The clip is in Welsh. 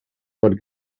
fod